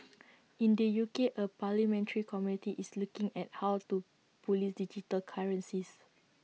in the U K A parliamentary committee is looking at how to Police digital currencies